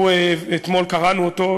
אתמול קראנו אותו,